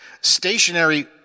Stationary